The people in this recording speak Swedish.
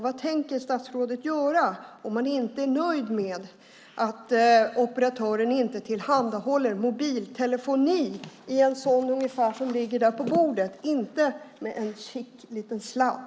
Vad tänker statsrådet göra om hon inte är nöjd med att operatören inte tillhandahåller mobiltelefoni i en vanlig mobiltelefon - alltså utan en chic liten sladd?